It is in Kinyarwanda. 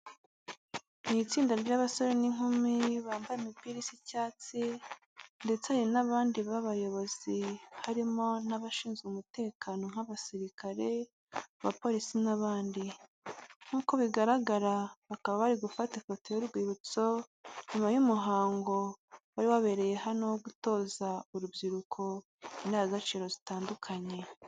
Ni itsinda ry'abasore n'inkumi bambaye imipira isa icyatsi ndetse hari n'abandi b'abayobozi, harimo n'abashinzwe umutekano nk'abasirikare, abapolisi n'abandi. Nkuko bigaragara bakaba bari gufata ifoto y'urwibutso nyuma y'umuhango wari wabereye hano wo gutoza urubyiruko indangagaciro zitandukanye.